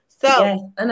So-